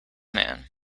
man